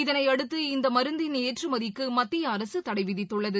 இனைய டுத்து இந்த மருந்தின் ஏ ற் று மதிக்கு மத்திய அரசு தளட விதி ததுளளது